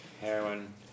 heroin